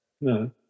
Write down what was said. no